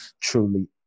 truly